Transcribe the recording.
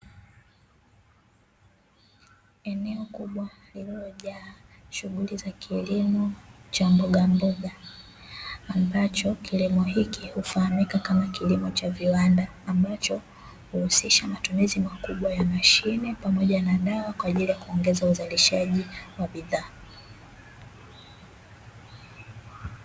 Eneo kubwa lililojaa shughuli za kilimo cha mbogamboga, ambacho kilimo hiki hufahamika kama kilimo cha viwanda, ambacho huhusisha matumizi makubwa ya mashine pamoja na dawa kwa ajili ya kuongeza uzalishaji wa bidhaa.